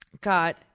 got